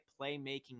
playmaking